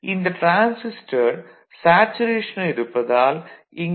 இந்த டிரான்சிஸ்டர் சேச்சுரேஷனில் இருப்பதால் இங்கு 0